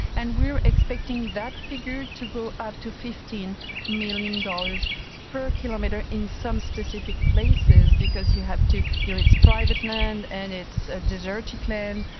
and we are expecting that figure to go up to fifteen million dollars per kilometre in some specific places because you have to, you know, it's private land and it's a deserted land,